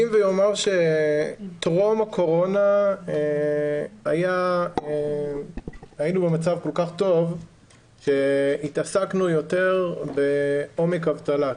ואומר שטרום הקורונה היינו במצב כל כך טוב שהתעסקנו יותר בעומק אבטלה,